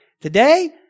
Today